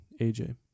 AJ